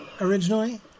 originally